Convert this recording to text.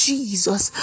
Jesus